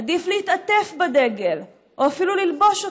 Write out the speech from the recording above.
עדיף להתעטף בדגל, או אפילו ללבוש אותו.